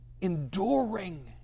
enduring